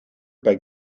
bij